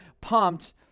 pumped